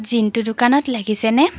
জিন্তু দোকানত লাগিছেনে